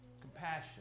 compassion